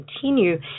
continue